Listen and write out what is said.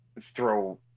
throw